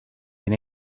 been